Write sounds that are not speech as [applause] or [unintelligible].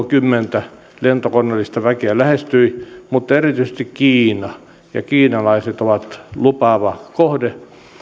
[unintelligible] kymmentä lentokoneellista väkeä lähestyi mutta erityisesti kiina ja kiinalaiset ovat lupaava kohde